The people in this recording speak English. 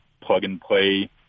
plug-and-play